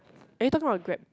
are you talking about Grab